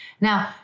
Now